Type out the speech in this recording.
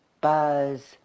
Buzz